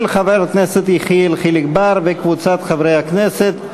של חבר הכנסת יחיאל חיליק בר וקבוצת חברי הכנסת.